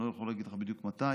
אני לא יכול להגיד לך בדיוק מתי,